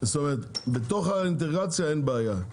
זאת אומרת, בתוך האינטגרציה אין בעיה.